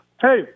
Hey